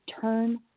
turn